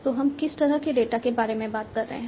तो हम किस तरह के डेटा के बारे में बात कर रहे हैं